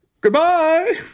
Goodbye